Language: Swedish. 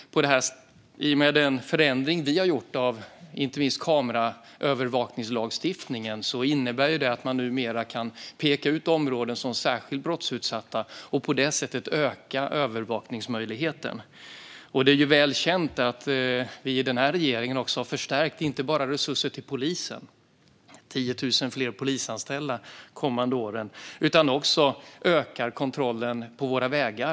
I och med den förändring vi har gjort inte minst av kameraövervakningslagstiftningen kan man numera peka ut områden som särskilt brottsutsatta och på det sättet öka övervakningsmöjligheten. Det är också väl känt att vi i den här regeringen inte bara har förstärkt resurserna till polisen - 10 000 fler polisanställda de kommande åren - utan också ökar kontrollen på våra vägar.